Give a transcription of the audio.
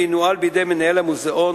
וינוהל בידי מנהל המוזיאון,